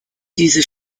diese